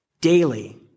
daily